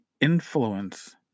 influence